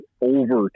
over